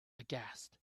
aghast